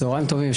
צהרים טובים.